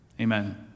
amen